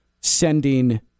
sending